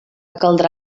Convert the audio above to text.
caldrà